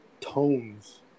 tones